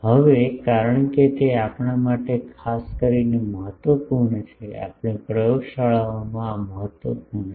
હવે કારણ કે તે આપણા માટે ખાસ કરીને મહત્વપૂર્ણ છે આપણે પ્રયોગશાળાઓમાં આ મહત્વપૂર્ણ છે